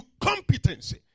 competency